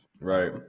Right